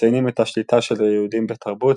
מציינים את השליטה של היהודים בתרבות,